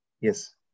yes